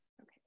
Okay